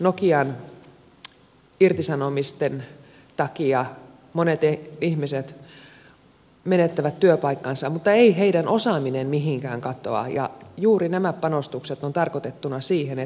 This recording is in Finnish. nokian irtisanomisten takia monet ihmiset menettävät työpaikkansa mutta ei heidän osaamisensa mihinkään katoa ja juuri nämä panostukset on tarkoitettu siihen